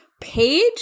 page